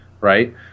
right